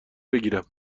بگیرم